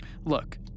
Look